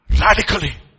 Radically